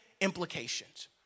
implications